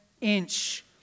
inch